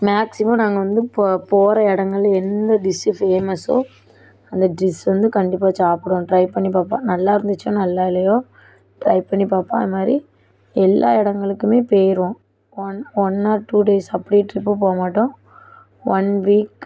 maximum நாங்கள் வந்து போகிற இடங்கள்ல எந்த டிஸ் ஃபேமஸோ அந்த டிஷ்ஸ வந்து கண்டிப்பாக சாப்பிடுவேன் ட்ரை பண்ணி பார்ப்பேன் நல்லா இருந்துச்சோ நல்லா இல்லையோ ட்ரை பண்ணி பார்ப்பேன் அது மாதிரி எல்லா இடங்களுக்குமே போய்ருவோம் one one or two days அப்படி ட்ரிப்பு போக மாட்டோம் ஒன் வீக்